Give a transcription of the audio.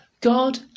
God